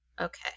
Okay